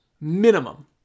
minimum